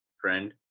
friend